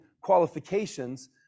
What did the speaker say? qualifications